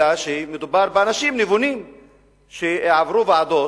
אלא שמדובר באנשים נבונים שעברו ועדות